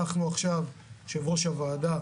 יושב-ראש הוועדה,